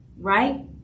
right